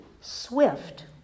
swift